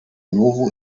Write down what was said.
novo